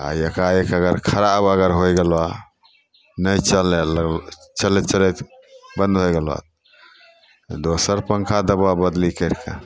आओर एकाएक अगर खराब अगर होइ गेलऽ नहि चलै तऽ ओ चलैत चलैत बन्द होइ गेलऽ दोसर पन्खा देबऽ बदली करिके